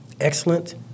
excellent